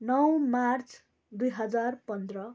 नौ मार्च दुई हजार पन्ध्र